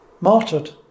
Martyred